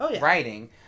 writing